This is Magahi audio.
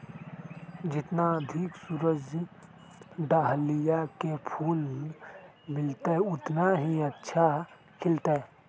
जितना अधिक सूरज डाहलिया के फूल मिलतय, उतना ही अच्छा खिलतय